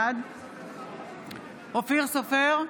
בעד אופיר סופר,